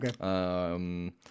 Okay